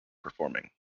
performing